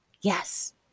Yes